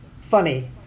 funny